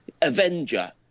Avenger